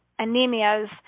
anemias